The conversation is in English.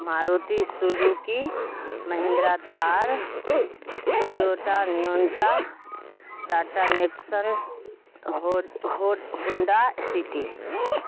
Maruti Suzuki Mahindra Thar Toyota neon Tata Nexon Honda city